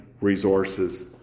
resources